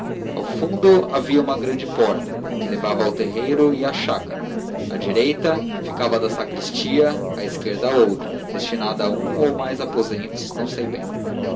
ao fundo havia uma grande porta que levava ao terreiro e à chácara à direita ficava a da sacristia à esquerda outra destinada a um ou mais aposentos não sei bem